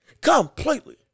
Completely